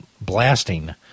blasting